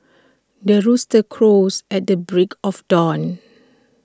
the rooster crows at the break of dawn